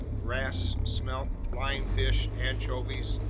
wrasse, smelt, flying fish, anchovies,